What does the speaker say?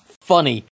funny